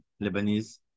Lebanese